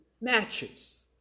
matches